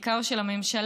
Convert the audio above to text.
בעיקר של הממשלה,